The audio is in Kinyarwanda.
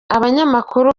abanyamakuru